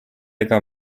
ega